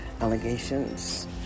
allegations